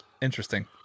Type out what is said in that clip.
Interesting